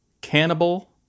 Cannibal